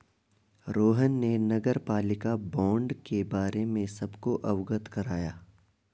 रोहन ने नगरपालिका बॉण्ड के बारे में सबको अवगत कराया